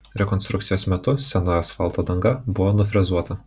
rekonstrukcijos metu sena asfalto danga buvo nufrezuota